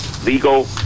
legal